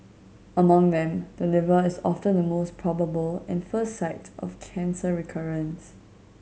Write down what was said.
among them the liver is often the most probable and first site of cancer recurrence